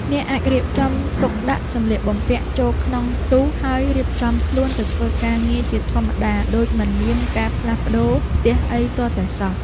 អ្នកអាចរៀបចំទុកដាក់សម្លៀកបំពាក់ចូលក្នុងទូហើយរៀបចំខ្លួនទៅធ្វើការងារជាធម្មតាដូចមិនមានការផ្លាស់ប្ដូរផ្ទះអីទាល់តែសោះ។